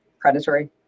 predatory